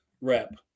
rep